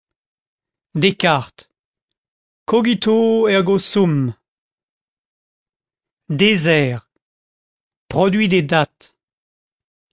descartes cogito ergo sum desert produit des dattes